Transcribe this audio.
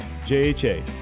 JHA